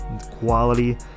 quality